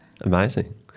Amazing